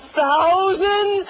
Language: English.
thousand